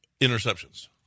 interceptions